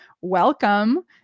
welcome